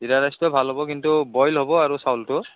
জিৰা ৰাইচটোৱে ভাল হ'ব কিন্তু বইল হ'ব আৰু চাউলটো